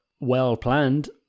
well-planned